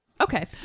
Okay